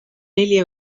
neli